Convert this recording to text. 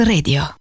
Radio